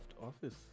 Office